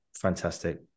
fantastic